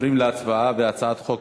עוברים להצבעה בקריאה ראשונה על הצעת חוק